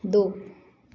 दो